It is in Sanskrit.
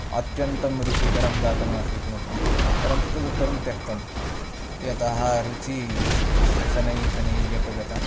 अत्यन्तं रुचिकरं जातमासीत् मह्यं परन्तु तदुत्तरं त्यक्तं यतः रुचिः शनैः शनैः व्यपगता